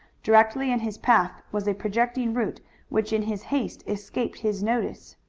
directly in his path was a projecting root which in his haste escaped his notice.